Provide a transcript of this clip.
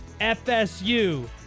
FSU